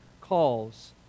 calls